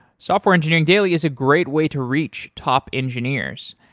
software engineering daily is a great way to reach top engineers.